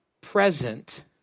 present